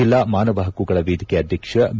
ಜಿಲ್ಲಾ ಮಾನವ ಪಕ್ಕುಗಳ ವೇದಿಕೆ ಅಧ್ವಕ್ಷ ಬಿ